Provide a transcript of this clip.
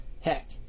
heck